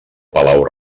palau